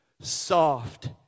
Soft